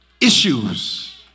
Issues